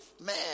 man